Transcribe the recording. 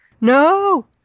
No